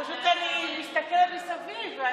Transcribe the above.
פשוט אני מסתכלת מסביב,